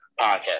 podcast